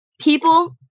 people